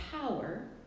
power